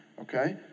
okay